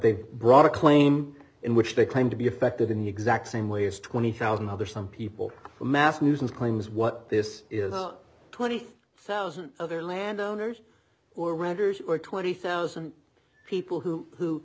they've brought a claim in which they claim to be affected in the exact same way as twenty thousand other some people massed nuisance claims what this is about twenty thousand other landowners or writers or twenty thousand people who